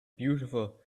beautiful